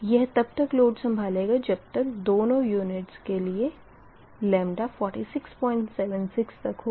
यह तब तक लोड संभलेगा जब तक दोनो यूनिट के लिए λ4676 तक होगा